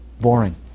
boring